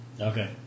Okay